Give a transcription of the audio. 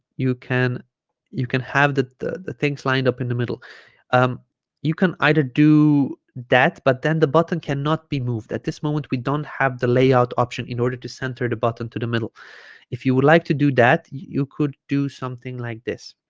you can you can have the the the things lined up in the middle um you can either do that but then the button cannot be moved at this moment we don't have the layout option in order to center the button to the middle if you would like to do that you could do something like this